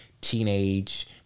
teenage